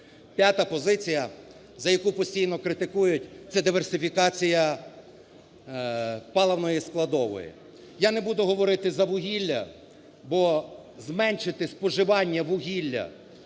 П'ята позиція, за яку постійно критикують, – це диверсифікація паливної складової. Я не буду говорити за вугілля, бо зменшити споживання вугілля